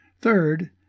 Third